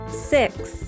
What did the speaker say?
six